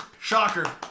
Shocker